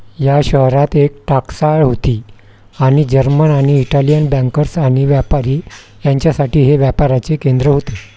या शहरात एक टाकसाळ होती आणि जर्मन आणि इटालियन बँकर्स आणि व्यापारी यांच्यासाठी हे व्यापाराचे केंद्र होते